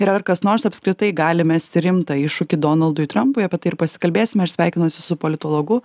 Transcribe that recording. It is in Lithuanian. ir ar kas nors apskritai gali mesti rimtą iššūkį donaldui trampui apie tai ir pasikalbėsime aš sveikinuosi su politologu